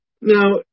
Now